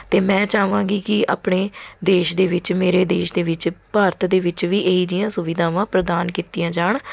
ਅਤੇ ਮੈਂ ਚਾਹਵਾਂਗੀ ਕਿ ਆਪਣੇ ਦੇਸ਼ ਦੇ ਵਿੱਚ ਮੇਰੇ ਦੇਸ਼ ਦੇ ਵਿੱਚ ਭਾਰਤ ਦੇ ਵਿੱਚ ਵੀ ਇਹ ਜਿਹੀਆਂ ਸੁਵਿਧਾਵਾਂ ਪ੍ਰਦਾਨ ਕੀਤੀਆਂ ਜਾਣ